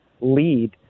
lead